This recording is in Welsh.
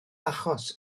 achos